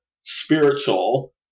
spiritual